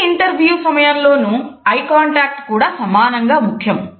ప్రతి ఇంటర్వ్యూ సమయంలోనూ eye contact కూడా సమానంగా ముఖ్యం